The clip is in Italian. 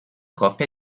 coppia